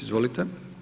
Izvolite.